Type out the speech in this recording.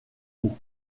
haut